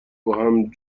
باهم